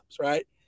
right